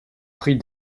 prix